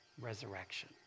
resurrection